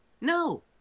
No